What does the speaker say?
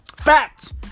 Facts